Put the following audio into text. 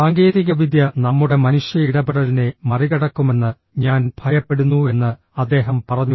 സാങ്കേതികവിദ്യ നമ്മുടെ മനുഷ്യ ഇടപെടലിനെ മറികടക്കുമെന്ന് ഞാൻ ഭയപ്പെടുന്നുവെന്ന് അദ്ദേഹം പറഞ്ഞു